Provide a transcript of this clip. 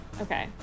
Okay